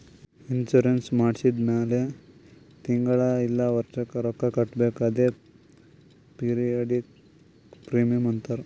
insurance ಮಾಡ್ಸಿದ ಮ್ಯಾಲ್ ತಿಂಗಳಾ ಇಲ್ಲ ವರ್ಷಿಗ ರೊಕ್ಕಾ ಕಟ್ಬೇಕ್ ಅದ್ಕೆ ಪಿರಿಯಾಡಿಕ್ ಪ್ರೀಮಿಯಂ ಅಂತಾರ್